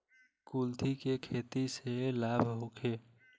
कुलथी के खेती से लाभ होखे?